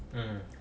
mm